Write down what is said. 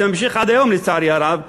זה ממשיך עד היום לצערי הרב,